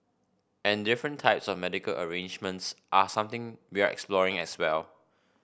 and different types of medical arrangements are something we're exploring as well